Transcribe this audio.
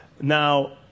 Now